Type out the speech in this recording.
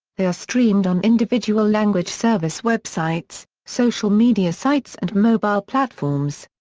they are streamed on individual language service websites, social media sites and mobile platforms.